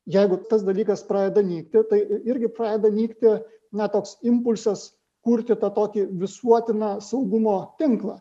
jeigu tas dalykas pradeda nykti tai irgi pradeda nykti na toks impulsas kurti tą tokį visuotiną saugumo tinklą